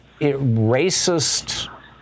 racist